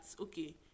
okay